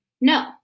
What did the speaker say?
No